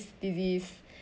disease